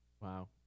wow